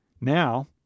Now